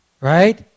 Right